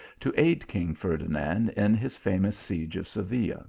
to aid king ferdinand in his famous siege of seville.